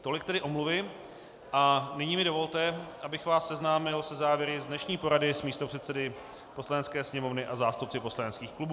Tolik tedy omluvy a nyní mi dovolte, abych vás seznámil se závěry z dnešní porady s místopředsedy Poslanecké sněmovny a zástupci poslaneckých klubů.